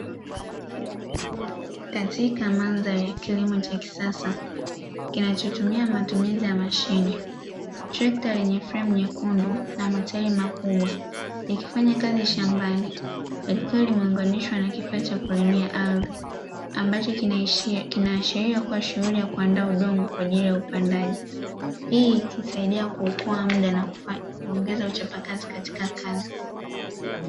Katika mandhari ya kilimo cha kisasa kinachotumia matumizi ya mashine chenye trekta yenye rangi nyekundu na matairi makubwa ikifanya kazi shambani likiwa limeunganishwa na kifaa cha kulimia ardhi, ambacho kinaashiria shughuli ya kuandaa udongo kwa ajili ya upandaji hii husadia kuokoa mda nakuongeza uchapakazi kaitka kazi.